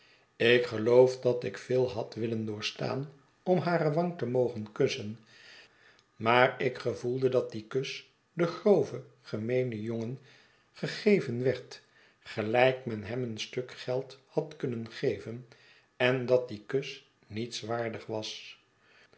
ik geloof dat ik veel had willen doorstaan om hare wang te mogen kussen maar ik gevoelde dat die kus den groven gemeenen jongen gegeven werd gelijk men hem een stuk geld had kunnen geven en dat die kus nietswaardig was